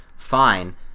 fine